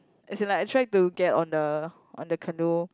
as in like I tried to get on the on the canoe